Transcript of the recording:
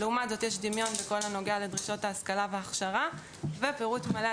כאשר בכל הנוגע לדרישות ההשכלה וההכשרה יש דמיון בין המדינות.